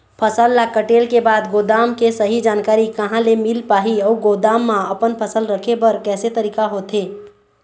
फसल ला कटेल के बाद गोदाम के सही जानकारी कहा ले मील पाही अउ गोदाम मा अपन फसल रखे बर कैसे तरीका होथे?